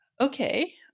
Okay